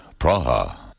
Praha